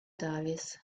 davis